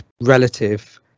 relative